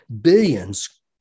Billions